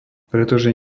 pretože